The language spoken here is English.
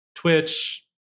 Twitch